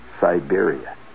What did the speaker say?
Siberia